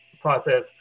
process